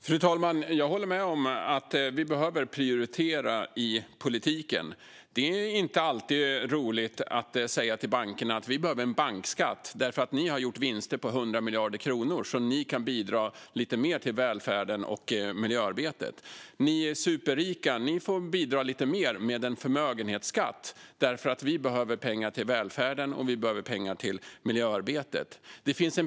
Fru talman! Jag håller med om att vi behöver prioritera i politiken. Det är inte alltid roligt att säga till bankerna att vi behöver en bankskatt, därför att ni har gjort vinster på 100 miljarder kronor och kan bidra lite mer till välfärden och miljöarbetet. Och ni superrika får bidra lite mer med en förmögenhetsskatt, därför att vi behöver pengar till välfärden och till miljöarbetet.